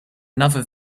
another